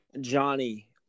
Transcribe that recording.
Johnny